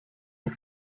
est